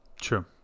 True